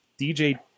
DJ